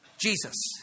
Jesus